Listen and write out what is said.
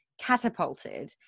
catapulted